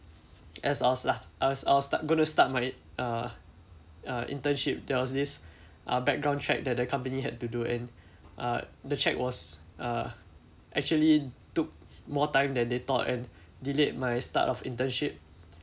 as I was last I was I was start going to start my uh uh internship there was this uh background check that the company had to do and uh the check was uh actually took more time than they thought and delayed my start of internship